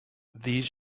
these